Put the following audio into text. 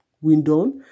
window